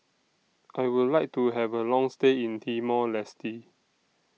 I Would like to Have A Long stay in Timor Leste